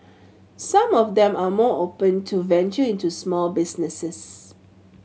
some of them are more open to venture into small businesses